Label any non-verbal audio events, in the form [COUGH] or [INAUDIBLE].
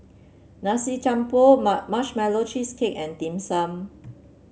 Nasi Campur [UNINTELLIGIBLE] Marshmallow Cheesecake and Dim Sum